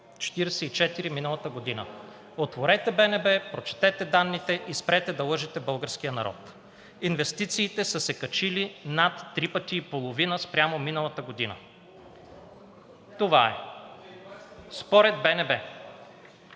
244 миналата година. Отворете БНБ, прочетете данните и спрете да лъжете българския народ! Инвестициите са се качили над три пъти и половина спрямо миналата година. Това е. Според БНБ.